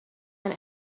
and